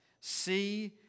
See